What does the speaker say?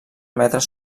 metres